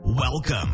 Welcome